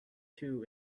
two